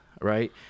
Right